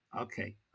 Okay